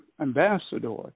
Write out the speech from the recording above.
ambassador